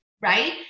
right